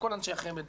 לכל אנשי החמ"ד,